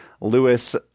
Lewis